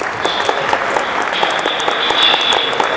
so, when german unification came,